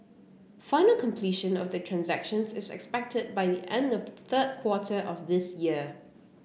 final completion of the transactions is expected by the end of the third quarter of this year